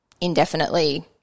indefinitely